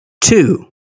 two